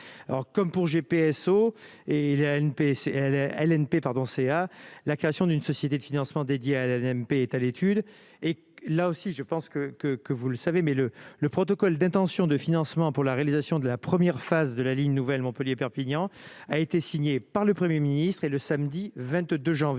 LNP pardon, c'est à la création d'une société de financement dédié à la BNP est à l'étude et là aussi je pense que que que vous le savez, mais le le protocole d'intention de financement pour la réalisation de la première phase de la ligne nouvelle Montpellier-Perpignan a été signé par le 1er ministre et le samedi 22 janvier